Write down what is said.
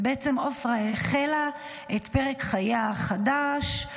ובעצם עפרה החלה את פרק חייה החדש,